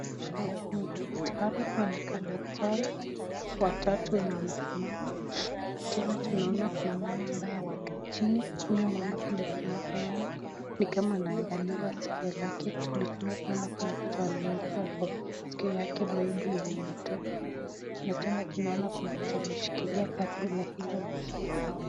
Tunaonyeshwa wanakaa daktari wenye wamesimama, tena tunaona kuna mama ambaye amekaa chini huyu mama vile tunavyoona ni kama anaangaliwa skio lake tunaona kwamba kuna kitu ameingizwa kwa skio yake paipu yenye imetoka na tena tunaona kuna kitu ameshikilia karibu na hilo maskio.